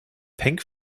pink